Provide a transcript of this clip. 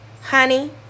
honey